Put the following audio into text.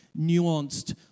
nuanced